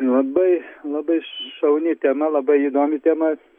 labai labai šauni tema labai įdomi tema